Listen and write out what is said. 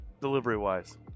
Delivery-wise